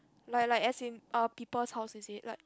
like like as in uh people's house is it like